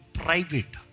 private